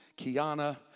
Kiana